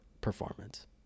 performance